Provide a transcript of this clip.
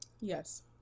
yes